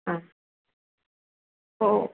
हा ओ